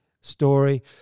story